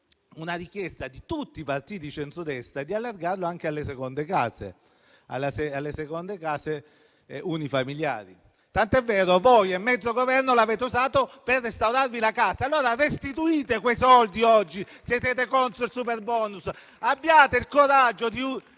una richiesta di tutti i partiti di centrodestra di allargarlo anche alle seconde case unifamiliari, tanto è vero che voi e mezzo Governo l'avete usato per restaurarvi la casa. Allora restituite quei soldi oggi, se siete contro il superbonus. Abbiate il coraggio di